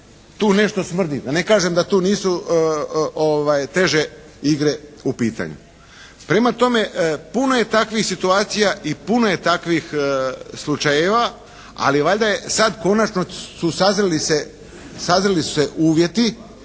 tu nešto smrdi. Da ne kažem da tu nisu teže igre u pitanju. Prema tome, puno je takvih situacija i puno je takvih slučajeva. Ali valjda je sad konačno su, sazreli su se uvjeti,